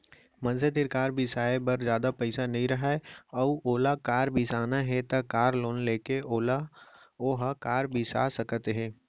मनसे तीर कार बिसाए बर जादा पइसा नइ राहय अउ ओला कार बिसाना हे त कार लोन लेके ओहा कार बिसा सकत हे